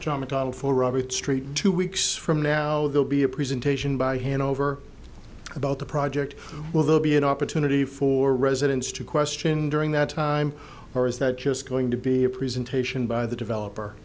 john mcdonald for robert st two weeks from now they'll be a presentation by hand over about the project well they'll be an opportunity for residents to question during that time or is that just going to be a presentation by the developer